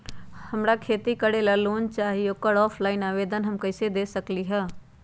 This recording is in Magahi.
हमरा खेती करेला लोन चाहि ओकर ऑफलाइन आवेदन हम कईसे दे सकलि ह?